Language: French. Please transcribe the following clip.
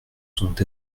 sont